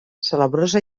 salabrosa